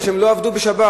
כי הם לא עבדו בשבת,